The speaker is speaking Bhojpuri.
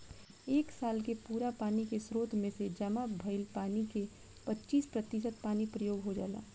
एक साल के पूरा पानी के स्रोत में से जामा भईल पानी के पच्चीस प्रतिशत पानी प्रयोग हो जाला